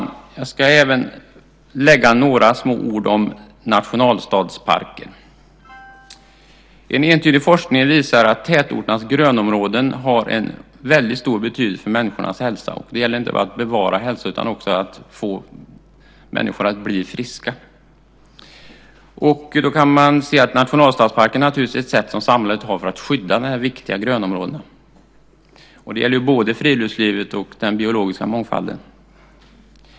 Jag ska även säga några ord om nationalstadsparker. En entydig forskning visar att tätorternas grönområden har väldigt stor betydelse för människors hälsa. Det gäller inte bara att bevara hälsa utan att också få människor att bli friska. Nationalstadsparker är ett av de sätt som samhället har för att skydda viktiga grönområden för både friluftsliv och biologisk mångfald.